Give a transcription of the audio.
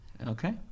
Okay